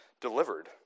delivered